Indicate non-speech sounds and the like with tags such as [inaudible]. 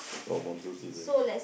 oh monsoon season [noise]